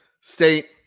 State